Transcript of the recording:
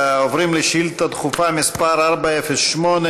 עוברים לשאילתה דחופה מס' 408,